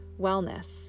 wellness